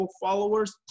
followers